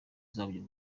zabyo